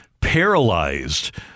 paralyzed